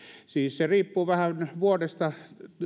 siis se riippuu vähän vuodesta